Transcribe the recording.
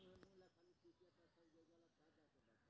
हम फैरी बाला काम करै छी लोन कैना भेटते?